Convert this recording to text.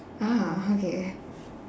ah okay